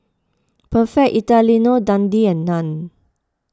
Perfect Italiano Dundee and Nan